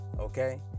Okay